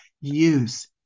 use